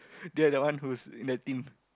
there that one who's in the team